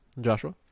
Joshua